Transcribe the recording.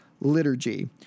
liturgy